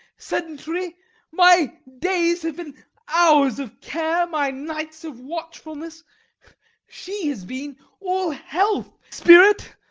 sedentary my days have been hours of care, my nights of watchfulness she has been all health! spirit!